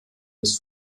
des